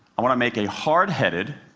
i want to make a hard-headed,